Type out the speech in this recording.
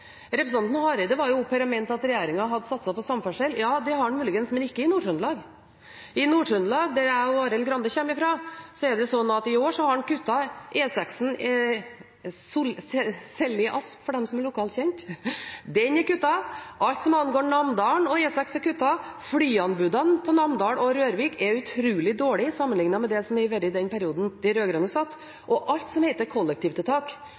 Representanten Hareide var oppe her og mente at regjeringen har satset på samferdsel. Det har den muligens, men ikke i Nord-Trøndelag. I Nord-Trøndelag, som jeg og Arild Grande kommer fra, har en i år kuttet E6 Selli–Asp, for dem som er lokalkjent. Alt som angår Namdalen og E6, er kuttet. Flyanbudene i Namdalen og på Rørvik er utrolig dårlige sammenlignet med det som var i den perioden de rød-grønne satt, og alt som heter kollektivtiltak i distriktene i Nord-Trøndelag, er